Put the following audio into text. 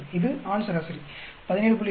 இது ஆண் சராசரி 17